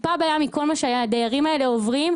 טיפה בים מכל מה שהדיירים האלה עוברים.